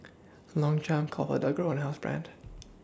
Longchamp ComfortDelGro and Housebrand